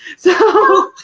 so,